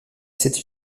cet